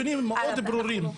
יש נתונים מאוד ברורים.